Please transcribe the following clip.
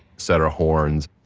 center horns,